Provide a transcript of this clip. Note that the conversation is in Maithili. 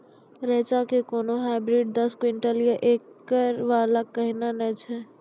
रेचा के कोनो हाइब्रिड दस क्विंटल या एकरऽ वाला कहिने नैय छै?